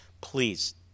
Please